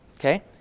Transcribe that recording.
Okay